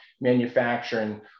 manufacturing